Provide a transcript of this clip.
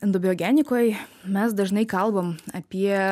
endobiogenikoj mes dažnai kalbam apie